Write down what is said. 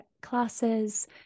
classes